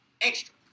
extra